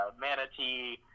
manatee